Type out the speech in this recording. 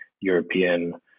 European